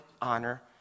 honor